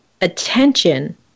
attention